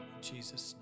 jesus